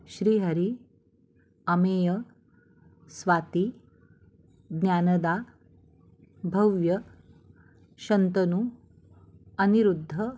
Shrihari Amey Swati Dnyanada Bhavya Shantanu Aniruddha